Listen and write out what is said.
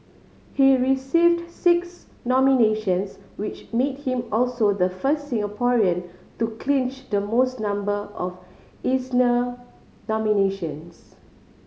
he received six nominations which made him also the first Singaporean to clinch the most number of Eisner nominations